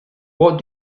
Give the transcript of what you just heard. what